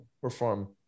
perform